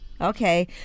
Okay